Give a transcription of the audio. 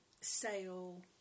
sale